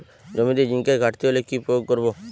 জমিতে জিঙ্কের ঘাটতি হলে কি প্রয়োগ করব?